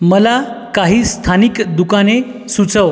मला काही स्थानिक दुकाने सुचव